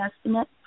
estimate